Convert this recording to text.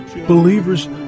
Believers